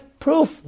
proof